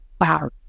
wow